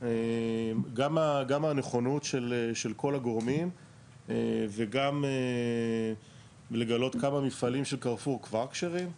גם מהנכונות של כל הגורמים וגם לגלות כמה מפעלים של 'קרפור' כבר כשרים,